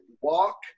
walk